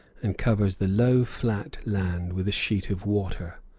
and covers the low, flat land with a sheet of water.